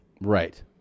Right